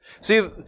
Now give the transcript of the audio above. See